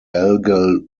algal